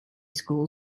school